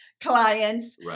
clients